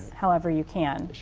however you can.